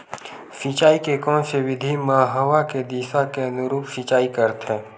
सिंचाई के कोन से विधि म हवा के दिशा के अनुरूप सिंचाई करथे?